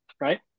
Right